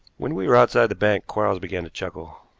when we were outside the bank quarles began to chuckle.